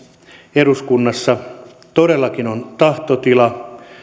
eduskunnassa todellakin on tahtotila